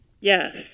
Yes